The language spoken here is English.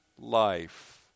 life